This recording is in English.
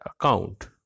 account